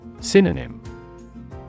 Synonym